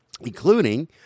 Including